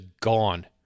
gone